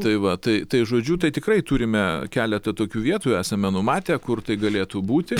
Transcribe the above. tai va tai tai žodžiu tai tikrai turime keletą tokių vietų esame numatę kur tai galėtų būti